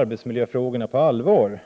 arbetsmiljöfrågorna på allvar.